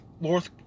North